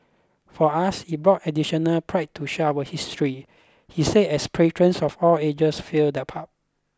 for us it brought additional pride to share our history he said as patrons of all ages filled the pub